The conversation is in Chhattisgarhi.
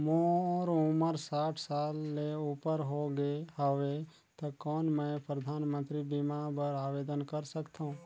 मोर उमर साठ साल ले उपर हो गे हवय त कौन मैं परधानमंतरी बीमा बर आवेदन कर सकथव?